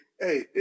Hey